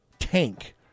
Tank